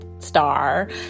star